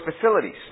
facilities